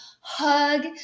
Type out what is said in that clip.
hug